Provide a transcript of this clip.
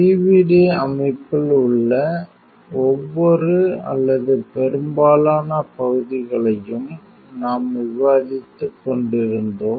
PVD அமைப்பில் உள்ள ஒவ்வொரு அல்லது பெரும்பாலான பகுதிகளையும் நாம் விவாதித்துக் கொண்டிருந்தோம்